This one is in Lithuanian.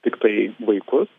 tiktai vaikus